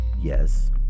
yes